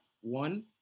One